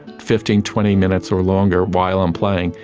fifteen, twenty minutes or longer while i'm playing.